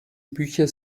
bücher